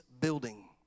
building